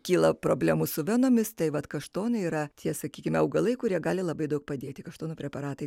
kyla problemų su venomis tai vat kaštonai yra tie sakykime augalai kurie gali labai daug padėti kaštono preparatai